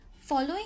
Following